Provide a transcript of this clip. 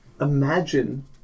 Imagine